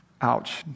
Ouch